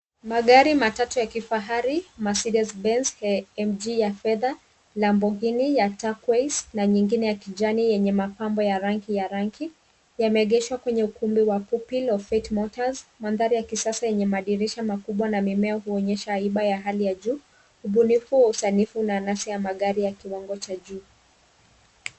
Magari matatu ya kifahari mercedes benz mg ya fedha, lamborghini ya tarkways na nyingine ya kijani yenye mapambo ya rangi ya rangi, yameegeshwa kwenye ukumbi wa pupil of fate motors. mandhari ya kisasa yenye madirisha makubwa na mimea huonyesha haiba ya hali ya juu, ubunifu usanifu na anasi ya magari ya kiwango cha juu.